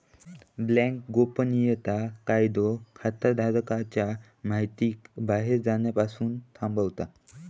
bank गोपनीयता कायदो खाताधारकांच्या महितीक बाहेर जाण्यापासना थांबवता